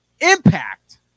Impact